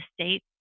state